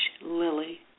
lily